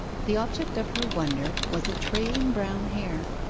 the object of her wonder was a trailing brown hair,